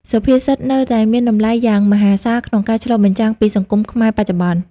សុភាសិតនេះនៅតែមានតម្លៃយ៉ាងមហាសាលក្នុងការឆ្លុះបញ្ចាំងពីសង្គមខ្មែរបច្ចុប្បន្ន។